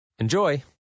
Enjoy